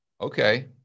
Okay